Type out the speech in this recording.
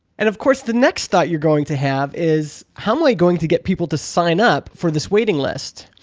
and of course the next thought you're going to have is how many going to get people to sign up for this waiting list?